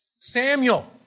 Samuel